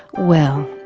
well,